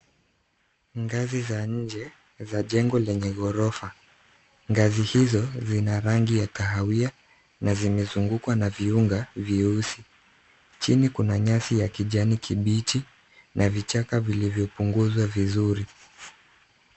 Ngazi za inje za jengo lenye gorofa, ngazi hizo zina rangi ya kahawia, na zimezungukwa na viunga vyeusi, chini kuna nyasi ya kijani kibichi, na vichaka vilivyopunguzwa vizuri.